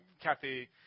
Kathy